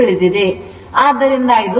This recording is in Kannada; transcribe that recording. ಆದ್ದರಿಂದ ಇದು 3